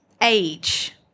age